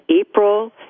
April